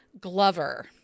Glover